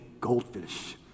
goldfish